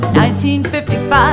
1955